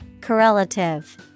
Correlative